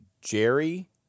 Jerry